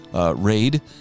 raid